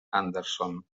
anderson